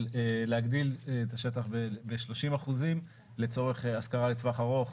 להגדיל את השטח לצורך השכרה לטווח ארוך,